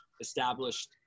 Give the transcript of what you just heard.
established